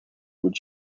would